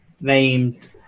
named